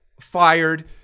fired